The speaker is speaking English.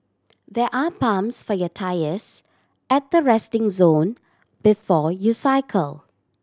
there are pumps for your tyres at the resting zone before you cycle